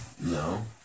no